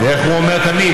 אז כשאני הצטרפתי למאבק,